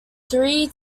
three